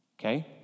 Okay